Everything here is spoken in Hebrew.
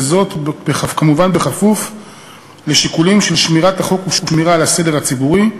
כמובן בכפוף לשיקולים של שמירת החוק ושמירה על הסדר הציבורי.